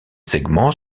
segments